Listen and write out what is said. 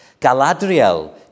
Galadriel